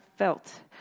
felt